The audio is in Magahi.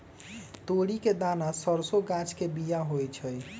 तोरी के दना सरसों गाछ के बिया होइ छइ